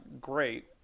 great